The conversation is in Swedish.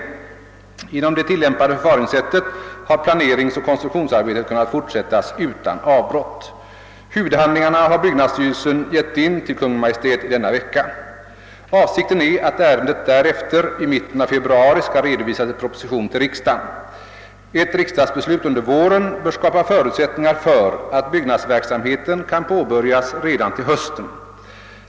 Genom det tillämpade förfaringssättet har planeringsoch konstruktionsarbetet kunnat fortsättas utan avbrott. Huvudhandlingarna har byggnadsstyrelsen ingivit till Kungl. Maj:t i denna vecka. Avsikten är att ärendet därefter i mitten av februari skall redovisas i proposition till riksdagen. Ett riksdagsbeslut under våren bör skapa förutsättningar för att byggnadsverksamheten kan påbörjas redan till hösten.